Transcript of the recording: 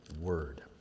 word